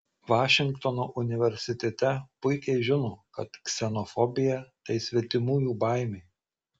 vašingtono universitete puikiai žino kad ksenofobija tai svetimųjų baimė